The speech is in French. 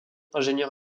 ingénieur